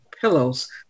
pillows